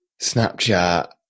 Snapchat